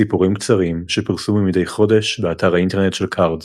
סיפורים קצרים שפורסמו מדי חודש באתר האינטרנט של קארד.